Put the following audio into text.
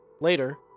Later